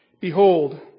Behold